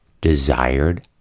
desired